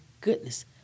goodness